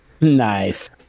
Nice